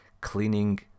cleaning